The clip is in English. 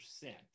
percent